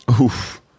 Oof